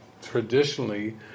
traditionally